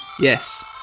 yes